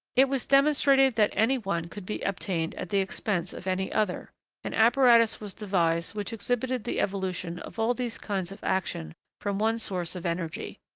it was demonstrated that any one could be obtained at the expense of any other and apparatus was devised which exhibited the evolution of all these kinds of action from one source of energy.